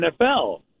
NFL